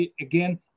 again